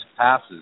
passes